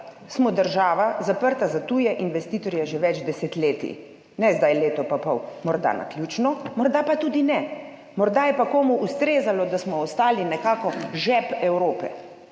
smo država, zaprta za tuje investitorje že več desetletij, ne zdaj leto in pol. Morda naključno, morda pa tudi ne, morda je pa komu ustrezalo, da smo ostali nekako žep Evrope.